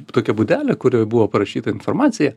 tokia būdelė kurioj buvo parašyta informacija